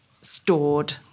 stored